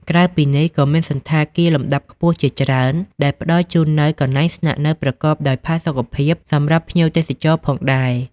ក្រៅពីនេះ ក៏មានសណ្ឋាគារលំដាប់ខ្ពស់ជាច្រើន ដែលផ្តល់ជូននូវកន្លែងស្នាក់នៅប្រកបដោយផាសុកភាពសម្រាប់ភ្ញៀវទេសចរផងដែរ។